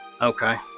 okay